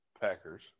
Packers